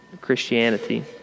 Christianity